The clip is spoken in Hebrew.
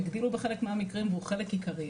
הגדילו בחלק מהמקרים והוא חלק עיקרי,